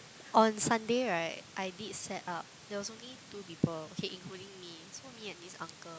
on Sunday right I did set up there was only two people okay including me so me and this uncle